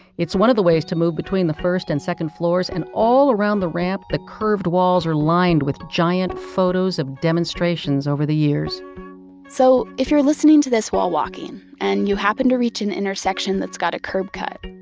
it's one of the ways to move between the first and second floors, and all around the ramp, the curved walls are lined with giant photos of demonstrations over the years so if you're listening to this while walking, and you happen to reach an intersection that's got a curb cut,